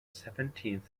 seventeenth